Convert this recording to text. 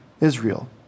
Israel